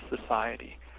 society